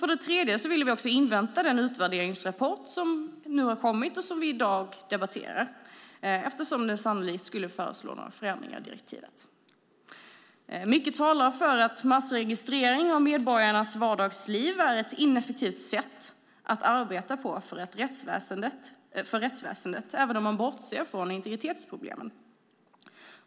För det tredje ville vi invänta den utvärderingsrapport som nu har kommit och som vi i dag debatterar, eftersom den sannolikt skulle föreslå förändringar av direktivet. Mycket talar för att massregistrering av medborgarnas vardagsliv är ett ineffektivt sätt att arbeta på för rättsväsendet, även om man bortser från integritetsproblemen.